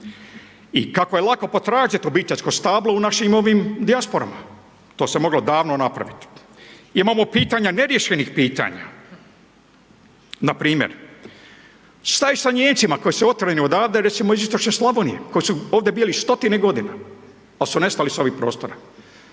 i kako je lako potražiti obiteljsko stablo u našim ovim dijasporama. To se moglo davno napravit. Imamo pitanja neriješenih pitanja. Npr. šta je sa Nijemcima koji su otjerani odavde, recimo iz istočne Slavonije, koji su ovdje bili stotine godina, al su nestali sa ovih prostora?